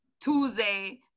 Tuesday